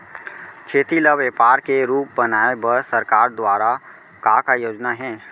खेती ल व्यापार के रूप बनाये बर सरकार दुवारा का का योजना हे?